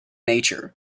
nature